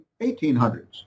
1800s